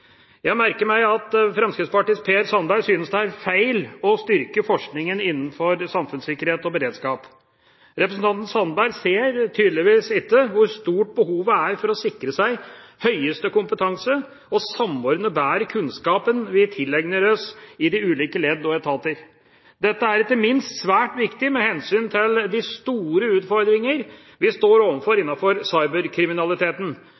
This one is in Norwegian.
Jeg merket meg at Fremskrittspartiets Per Sandberg synes det er feil å styrke forskningen innenfor samfunnssikkerhet og beredskap. Representanten Sandberg ser tydeligvis ikke hvor stort behovet er når det gjelder å sikre seg høyeste kompetanse og samordne bedre den kunnskapen vi tilegner oss i de ulike ledd og etater. Dette er ikke minst svært viktig med hensyn til de store utfordringene vi står